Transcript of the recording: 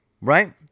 right